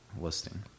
listing